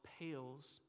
pales